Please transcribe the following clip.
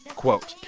quote,